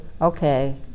okay